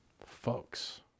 folks